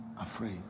afraid